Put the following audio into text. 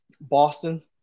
Boston